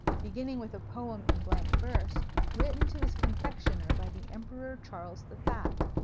beginning with a poem in blank verse written to his confectioner by the emperor charles the fat.